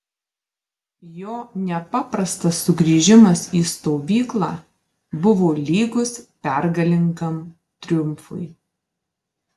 jo nepaprastas sugrįžimas į stovyklą buvo lygus pergalingam triumfui